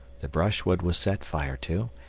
the brushwood was set fire to,